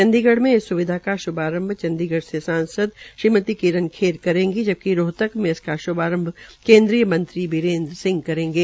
चंडीगढ़ में इस सुविधा का शुभारंभ सांसद श्रीमति किरण खेर करेगी जबकि रोहतक में इसका श्भारंभ केन्द्रीय मंत्री बीरेन्द्र सिंह करेंगे